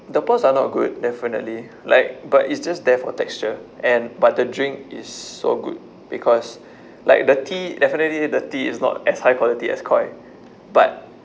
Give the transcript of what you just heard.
the pearls are not good definitely like but it's just there for texture and but the drink is so good because like the tea definitely the tea is not as high quality as Koi but